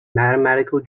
mathematical